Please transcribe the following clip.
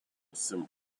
symbol